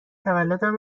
تولدم